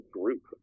group